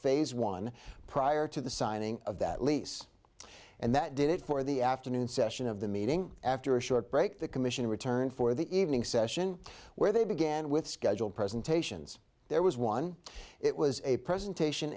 phase one prior to the signing of that lease and that did it for the afternoon session of the meeting after a short break the commission returned for the evening session where they began with scheduled presentations there was one it was a presentation